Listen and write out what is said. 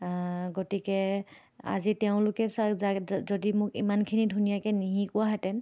গতিকে আজি তেওঁলোকে চাই যদি মোক ইমানখিনি ধুনীয়াকৈ নিশিকোৱাহেঁতেন